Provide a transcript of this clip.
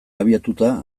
abiatuta